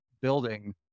building